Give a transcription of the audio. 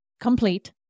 complete